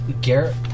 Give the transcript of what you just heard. Garrett